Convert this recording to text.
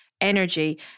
energy